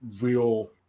real